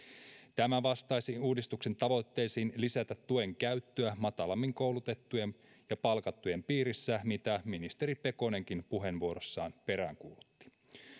tämä vastaisi uudistuksen tavoitteisiin lisätä tuen käyttöä matalammin koulutettujen ja palkattujen piirissä mitä ministeri pekonenkin puheenvuorossaan peräänkuulutti